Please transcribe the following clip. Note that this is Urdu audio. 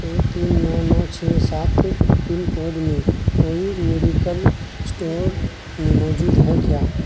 ایک تین نو نو چھ سات پنکوڈ میں کوئی میڈیکل اسٹور موجود ہے کیا